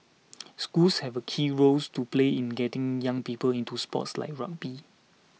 schools have a key role to play in getting young people into sports like rugby